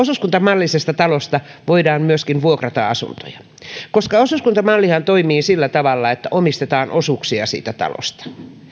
osuuskuntamallisesta talosta voidaan myöskin vuokrata asuntoja osuuskuntamallihan toimii sillä tavalla että omistetaan osuuksia siitä talosta